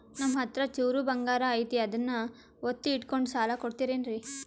ನಮ್ಮಹತ್ರ ಚೂರು ಬಂಗಾರ ಐತಿ ಅದನ್ನ ಒತ್ತಿ ಇಟ್ಕೊಂಡು ಸಾಲ ಕೊಡ್ತಿರೇನ್ರಿ?